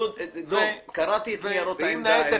דב, קראתי את ניירות העמדה האלה.